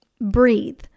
breathe